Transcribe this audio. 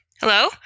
Hello